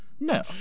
No